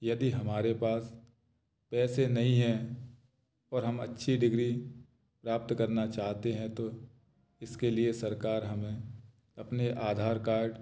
यदि हमारे पास पैसे नहीं है और हम अच्छी डिग्री प्राप्त करना चाहते हैं तो इसके लिए सरकार हमें अपने आधार कार्ड